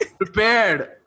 Prepared